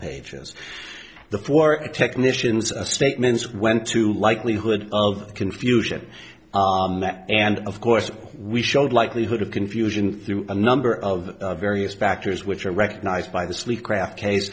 pages the four technicians statements went to likelihood of confusion and of course we showed likelihood of confusion through a number of various factors which were recognized by the sleep craft case